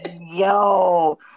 Yo